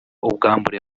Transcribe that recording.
ubwambure